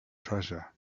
treasure